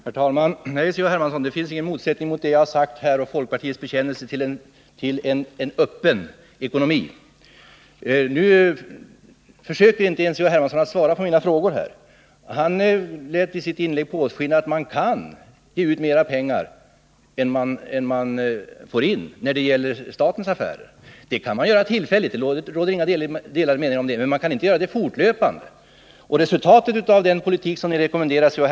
Herr talman! Nej, C.-H. Hermansson, det finns ingen motsättning mellan det jag sagt här och folkpartiets bekännelse till en öppen ekonomi. Nu försöker inte ens C.-H. Hermansson att svara på mina frågor. Han lät i sitt inlägg påskina att man när det gäller statens affärer kan ge ut mera pengar än man får in. Det kan man göra tillfälligt — det råder inga delade meningar om det — men man kan inte göra det fortlöpande. Resultatet av den politik som ni rekommenderar, C.-H.